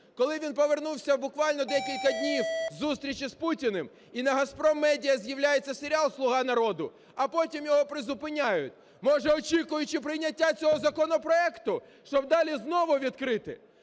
Коли він повернувся, буквально декілька днів, з зустрічі з Путіним і на "Газпром" медіа з'являється серіал "Слуга народу", а потім його призупиняють, може, очікуючи прийняття цього законопроекту, щоб далі знову відкрити?